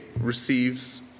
receives